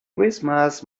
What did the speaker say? christmas